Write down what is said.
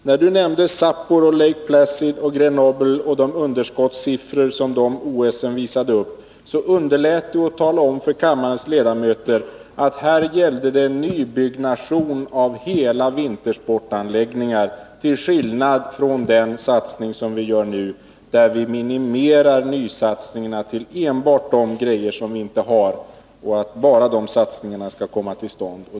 När han nämnde de underskottssiffror för OS-spelen i Sapporo, Lake Placid och Grenoble visat upp underlät han att tala om för kammarens ledamöter att det därvid gällde nybyggnation av hela vintersportanläggningar — till skillnad från den satsning vi gör nu, där vi minimerar nysatsningarna till enbart de anläggningar som vi inte har. Det är bara de satsningarna som skall komma till stånd.